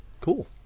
Cool